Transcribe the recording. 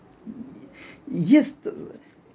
yes